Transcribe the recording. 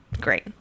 great